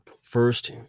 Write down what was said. first